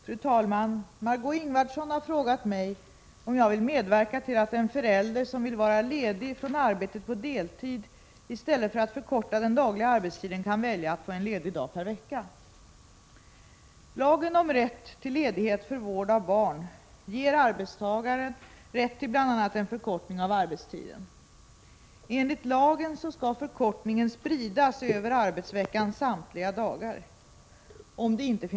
Fru talman! Margö Ingvardsson har frågat mig om jag vill medverka till att en förälder, som vill vara ledig från arbetet på deltid, i stället för att förkorta den dagliga arbetstiden kan välja att få en ledig dag per vecka.